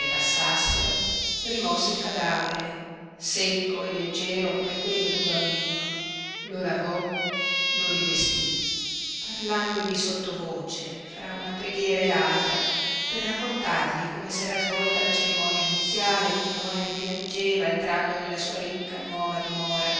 passassero rimosse il cadavere secco e leggero come quello d'un bambino lo lavò lo rivestí parlandogli sottovoce fra una preghiera e l'altra per raccontargli come s'era svolta la cerimonia nuziale come noemi piangeva entrando nella sua ricca nuova dimora